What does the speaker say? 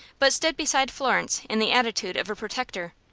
but stood beside florence in the attitude of a protector.